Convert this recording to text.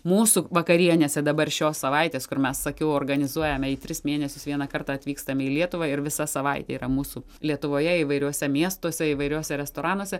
mūsų vakarienėse dabar šios savaitės kur mes sakiau organizuojame į tris mėnesius vieną kartą atvykstame į lietuvą ir visa savaitė yra mūsų lietuvoje įvairiuose miestuose įvairiuose restoranuose